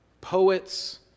poets